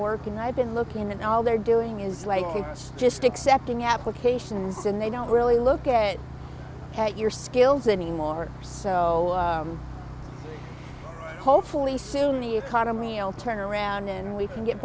work and i've been looking at all they're doing is like you just accepting applications and they don't really look at your skills anymore so hopefully soon the economy i'll turn around and we can get